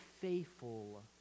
faithful